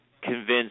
convinced